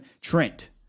Trent